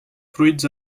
fruits